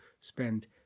spend